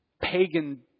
pagan